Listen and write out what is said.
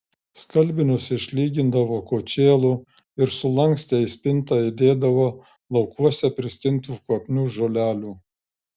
skalbinius išlygindavo kočėlu ir sulankstę į spintą įdėdavo laukuose priskintų kvapnių žolelių